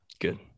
Good